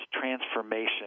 transformation